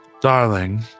Darling